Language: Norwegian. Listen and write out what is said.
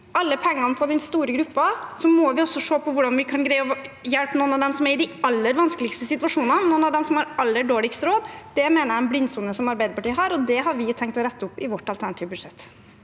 alle pengene på den store gruppen må vi også se på hvordan vi kan greie å hjelpe noen av dem som er i de aller vanskeligste situasjonene, noen av dem som har aller dårligst råd. Det mener jeg er en blindsone som Arbeiderpartiet har, og det har vi tenkt å rette opp i vårt alternative budsjett.